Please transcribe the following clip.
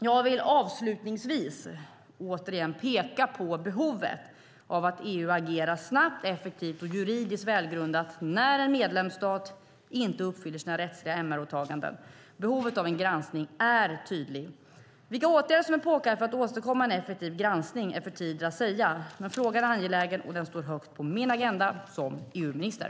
Jag vill avslutningsvis återigen peka på behovet av att EU agerar snabbt, effektivt och juridiskt välgrundat när en medlemsstat inte uppfyller sina rättsliga MR-åtaganden. Behovet av en granskning är tydligt. Vilka åtgärder som är påkallade för att åstadkomma en effektiv granskning är för tidigt att säga, men frågan är angelägen och står högt upp på min agenda som EU-minister.